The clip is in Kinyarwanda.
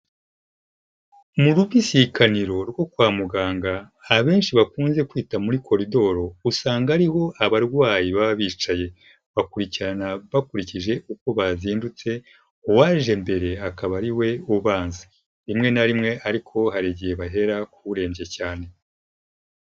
Mu rubisikaniro rwo kwa muganga, abenshi bakunze kwita muri koridoro, usanga ariho abarwayi baba bicaye, bakurikirana bakurikije uko bazindutse, uwaje mbere akaba ari we ubanza, rimwe na rimwe ariko hari igihe bahera k'urembye cyane.